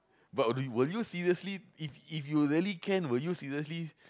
but w~ will you seriously if if you really can will you seriously